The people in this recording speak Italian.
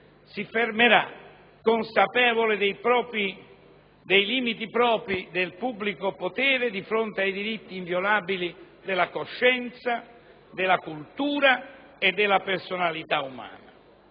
si fermerà, consapevole dei limiti propri del pubblico potere, di fronte ai diritti inviolabili della coscienza, della cultura e della personalità umana».